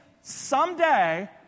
someday